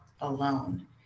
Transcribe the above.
alone